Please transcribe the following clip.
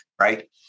right